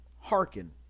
Hearken